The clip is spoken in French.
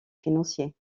financiers